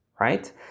right